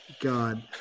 God